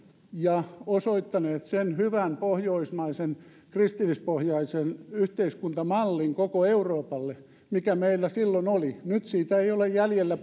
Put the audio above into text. ja osoittaneet sen hyvän pohjoismaisen kristillispohjaisen yhteiskuntamallin koko euroopalle mikä meillä silloin oli nyt siitä ei ole jäljellä